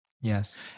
Yes